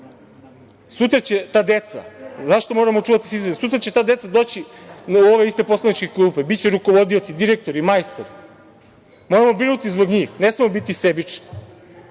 pa se smejte. Zašto moramo očuvati sistem? Sutra će ta deca doći u ove iste poslaničke klupe, biće rukovodioci, direktori, majstor. Moramo brinuti zbog njih, ne smemo biti sebični. To